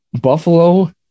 Buffalo